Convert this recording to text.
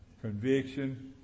conviction